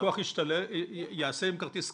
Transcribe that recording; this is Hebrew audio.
- הלקוח יעשה עם כרטיס קפוא,